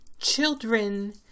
children